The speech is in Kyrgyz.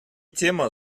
тема